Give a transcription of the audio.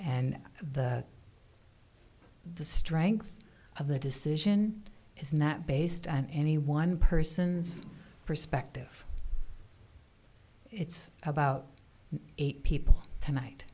and the strength of the decision is not based on any one person's perspective it's about eight people tonight